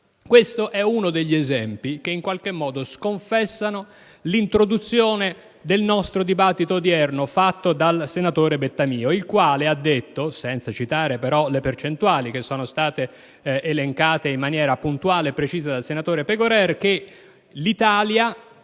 Questo è uno degli esempi che in qualche modo sconfessano l'introduzione del nostro dibattito odierno fatta dal senatore Bettamio, il quale ha detto, senza citare però le percentuali che sono state elencate in maniera puntuale e precisa dal senatore Pegorer, che l'Italia